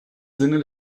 sinne